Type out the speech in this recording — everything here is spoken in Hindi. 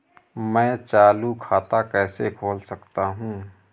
मैं चालू खाता कैसे खोल सकता हूँ?